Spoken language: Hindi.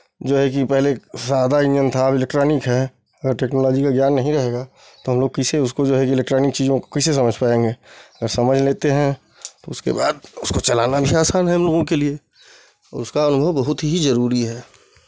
जो है कि पहले सादा इंजन था अब एलेक्ट्रॉनिक है अगर टेक्नोलॉजी का ज्ञान नहीं रहेगा तो हम लोग कैसे उसको जो है एलेक्ट्रॉनिक चीज़ों को कैसे समझ पाएंगे अगर समझ लेते हैं तो उसके बाद उसको चलाना भी आसान है हम लोगों के लिए उसका अनुभव बहुत ही जरूरी है